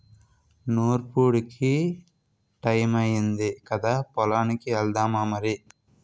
నూర్పుడికి టయమయ్యింది కదా పొలానికి ఎల్దామా మరి